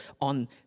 on